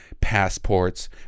passports